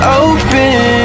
open